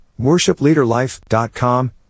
worshipleaderlife.com